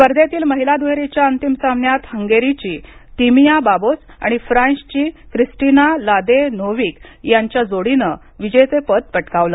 स्पर्धेतील महिला दुहेरीच्या अंतिम सामन्यात हंगेरीची तिमिया बाबोस आणि फ्रान्सची क्रिस्टीना लादेनोव्हिक यांच्या जोडीनं विजेतेपद पटकावलं